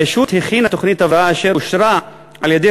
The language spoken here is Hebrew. הרשות הכינה תוכנית הבראה אשר אושרה על-ידי